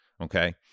okay